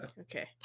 Okay